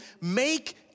make